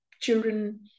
children